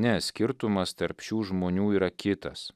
ne skirtumas tarp šių žmonių yra kitas